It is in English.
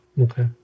okay